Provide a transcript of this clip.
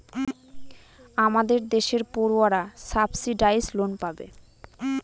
আমাদের দেশের পড়ুয়ারা সাবসিডাইস লোন পাবে